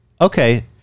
Okay